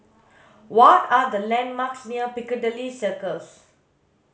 what are the landmarks near Piccadilly Circus